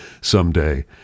someday